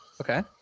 Okay